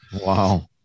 Wow